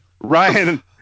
ryan